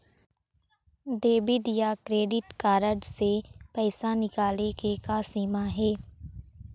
Debit या credit card से पैसा निकाले के का सीमा हे?